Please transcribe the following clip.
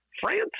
France